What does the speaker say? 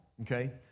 okay